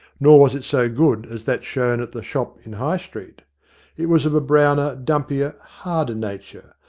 nor was it so good as that shown at the shop in high street it was of a browner, dumpier, harder nature,